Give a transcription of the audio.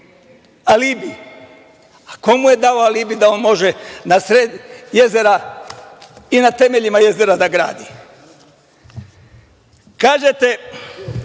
„Alibi“. Ko mu je dao alibi da on može na sred jezera i na temeljima jezera da gradi? Kažete